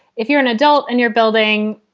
if you're an adult and you're building,